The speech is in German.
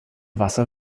wasser